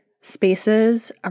spaces